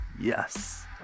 Yes